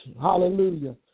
Hallelujah